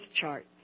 chart